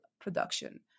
production